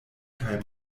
kaj